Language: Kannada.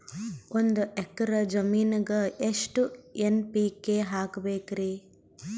ಒಂದ್ ಎಕ್ಕರ ಜಮೀನಗ ಎಷ್ಟು ಎನ್.ಪಿ.ಕೆ ಹಾಕಬೇಕರಿ?